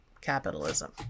capitalism